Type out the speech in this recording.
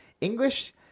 English